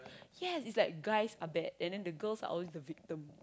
yes it's like guys are bad and then the girls are always the victim